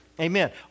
Amen